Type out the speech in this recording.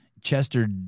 Chester